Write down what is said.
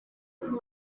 bwonko